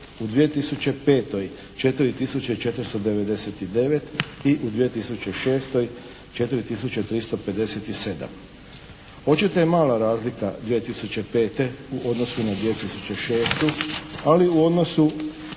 u 2006. 4 tisuće 357. Očito je mala razlika 2005. u odnosu na 2006. ali u odnosu